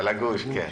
על הגוש, כן.